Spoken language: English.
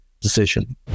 decision